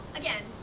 again